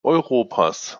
europas